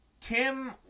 Tim